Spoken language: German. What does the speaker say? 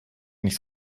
nicht